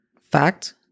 fact